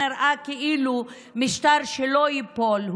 היה נראה כאילו שזה משטר שלא ייפול,